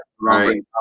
Right